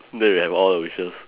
then you have all the wishes